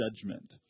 judgment